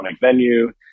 venue